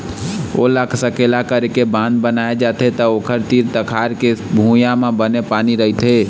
ओला सकेला करके बांध बनाए जाथे त ओखर तीर तखार के भुइंया म बने पानी रहिथे